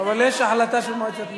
אבל יש החלטה של מועצת המינהל.